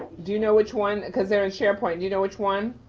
do you know which one, cause they're in sharepoint, you know which one?